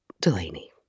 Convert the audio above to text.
Delaney